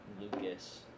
Lucas